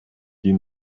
die